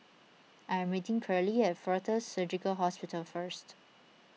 I am meeting Pearle at fortis Surgical Hospital first